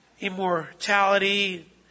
Immortality